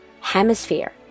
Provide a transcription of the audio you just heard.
Hemisphere